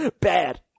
Bad